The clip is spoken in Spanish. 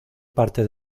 parte